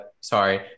sorry